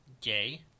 gay